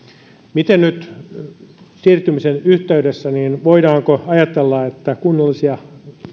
miten nyt siirtymisen yhteydessä voidaanko ajatella että kunnallisia